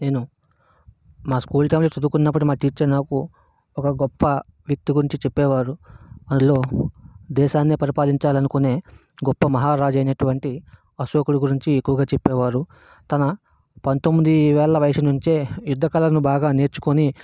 నేను మా స్కూల్ టైంలో చదువుకున్నప్పుడు మా టీచర్ నాకు ఒక గొప్ప వ్యక్తి గురించి చెప్పేవారు అందులో దేశానే పరిపాలించాలనుకునే గొప్ప మహా రాజైనటువంటి అశోకుడి గురించి ఎక్కువుగా చెప్పేవారు తన పంతొమ్మిది ఏళ్ళ వయస్సు నుంచే యుద్ధ కళను బాగా నేర్చుకుని